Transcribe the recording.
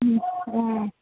ആ